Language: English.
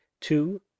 Two